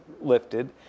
lifted